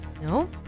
No